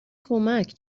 کمک